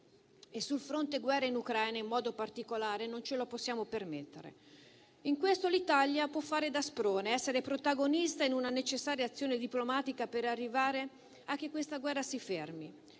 e sul fronte della guerra in Ucraina in modo particolare non ce lo possiamo permettere. In questo l'Italia può fare da sprone, essere protagonista in una necessaria azione diplomatica per arrivare a che questa guerra si fermi